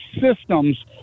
systems